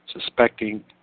suspecting